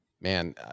man